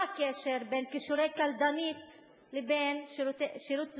מה הקשר בין כישורי קלדנית לבין שירות צבאי?